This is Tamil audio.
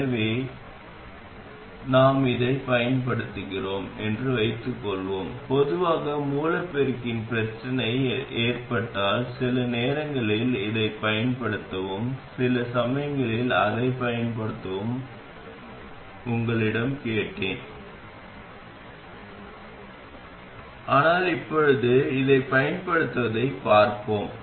எனவே நாங்கள் இதைப் பயன்படுத்துகிறோம் என்று வைத்துக்கொள்வோம் பொதுவான மூல பெருக்கி பிரச்சனை ஏற்பட்டால் சில நேரங்களில் இதைப் பயன்படுத்தவும் சில சமயங்களில் அதைப் பயன்படுத்தவும் என்று நான் உங்களிடம் கேட்டேன் ஆனால் இப்போது இதைப் பயன்படுத்துவதைப் பார்ப்போம்